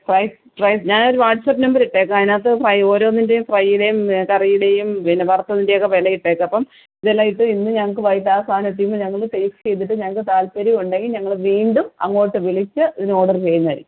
fry fry ഞാനൊരു WhatsApp number ഇട്ടേക്കാം അതിനകത്ത് ഫ്രൈ ഓരോന്നിൻ്റെയും ഫ്രൈയുടേയും കറിയുടെയും പിന്നെ വറുത്തതിൻ്റെയൊക്കെ വില ഇട്ടേക്ക് അപ്പം ഇതെല്ലാം ഇട്ട് ഇന്ന് ഞങ്ങൾക്ക് വൈകിട്ട് ആ സാധനം എത്തിക്കുമ്പോൾ ഞങ്ങൾ ടേസ്റ്റ് ചെയ്തിട്ട് ഞങ്ങൾക്ക് താൽപര്യം ഉണ്ടെങ്കിൽ ഞങ്ങൾ വീണ്ടും അങ്ങോട്ട് വിളിച്ച് ഇതിന് ഓഡർ ചെയ്യുന്നതായിരിക്കും